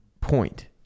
point